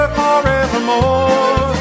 forevermore